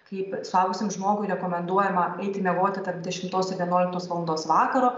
kaip suaugusiam žmogui rekomenduojama eiti miegoti tarp dešimtos ir vienuoliktos valandos vakaro